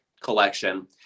collection